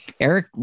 Eric